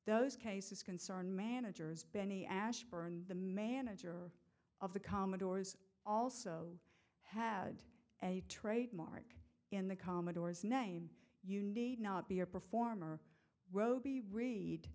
those cases concern managers benny ashburn the manager of the commodores also had a trademark in the commodore's name you need not be a performer robi re